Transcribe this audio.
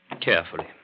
carefully